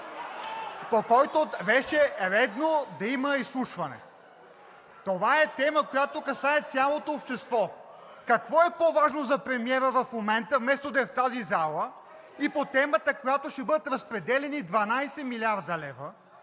по който вече е редно да има изслушване. Това е тема, която касае цялото общество. Какво е по-важно за премиера в момента – вместо да е в тази зала, и за темата, по която ще бъдат разпределяни 12 млрд. лв.?!